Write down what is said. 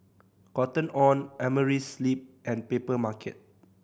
Cotton On Amerisleep and Papermarket